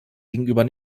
gegenüber